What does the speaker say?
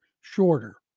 shorter